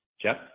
Jeff